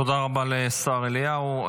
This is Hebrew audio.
תודה רבה לשר אליהו.